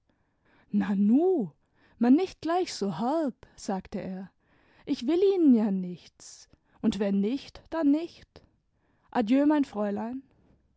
nu man nicht gleich so herb sagte er ich will ihnen ja nichts und wenn nicht dann nicht adieu mein fräulein